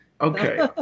Okay